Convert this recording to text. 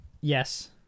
Yes